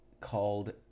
called